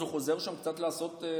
אז הוא חוזר לשם קצת לעשות,